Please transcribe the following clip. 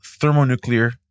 Thermonuclear